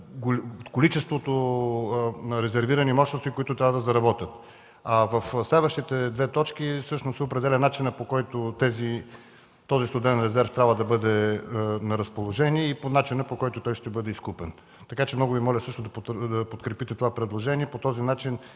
количеството резервирани мощности, които трябва да заработят. В следващите две точки всъщност се определя начинът, по който този студен резерв трябва да бъде на разположение и по начина, по който той ще бъде изкупен. Така че много Ви моля да подкрепите това предложение.